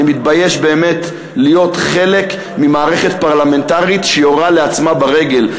אני מתבייש באמת להיות חלק ממערכת פרלמנטרית שיורה לעצמה ברגל.